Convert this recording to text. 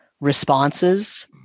responses